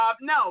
No